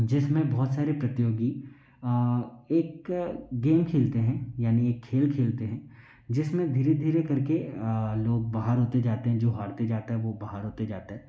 जिसमें बहुत सारे प्रतियोगी एक गेम खेलते हैं यानी खेल खेलते हैं जिसमें धीरे धीरे करके लोग बाहर होते जाते हैं जो हारते जाता है वो बाहर होते जाते हैं